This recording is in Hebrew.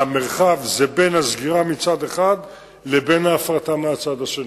המרחב הוא בין הסגירה מצד אחד לבין ההפרטה מהצד השני.